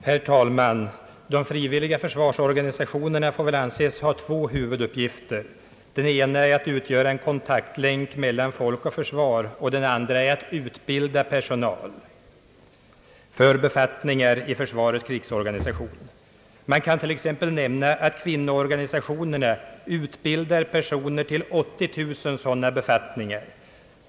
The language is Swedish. Herr talman! De frivilliga försvarsorganisationerna får väl anses ha två huvuduppgifter. Den ena är att utgöra en kontaktlänk mellan folk och försvar, och den andra är att utbilda personal för befattningar i försvarets krigsorganisation. Man kan t.ex. nämna att kvinnoorganisationerna utbildar personer till 80 000 sådana befattningar.